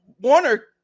warner